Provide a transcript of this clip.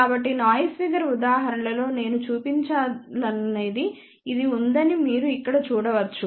కాబట్టి noise figure ఉదాహరణ లో నేను చూపించినదానిలాగానే ఇది ఉందని మీరు ఇక్కడ చూడవచ్చు